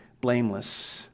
blameless